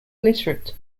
literate